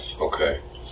Okay